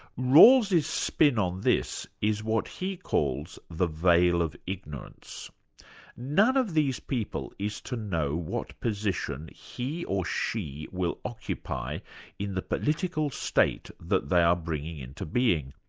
rawls' spin on this is what he calls the veil of ignorance none of these people is to know what position he or she will occupy in the political state that they are bringing into being.